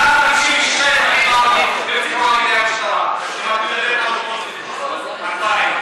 מעל 56 אזרחים ערבים נרצחו על ידי המשטרה,